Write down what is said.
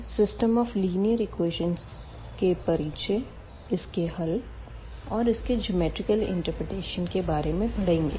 हम system of linear equations के परिचय इसके हल और इसके ज्योमेटरिकल इट्रिप्रेटेशन के बारे में पढ़ेंगे